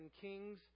kings